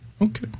Okay